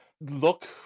Look